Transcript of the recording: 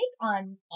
on